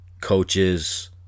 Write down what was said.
coaches